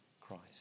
Christ